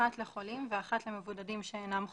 אחת לחולים ואחת למבודדים שאינם חולים,